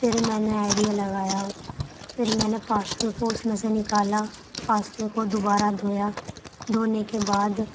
پھر میں نے آئیڈیا لگایا پھر میں نے پاستے کو اُس میں سے نکالا پاستے کو دوبارہ دھویا دھونے کے بعد